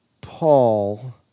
Paul